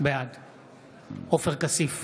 בעד עופר כסיף,